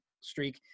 streak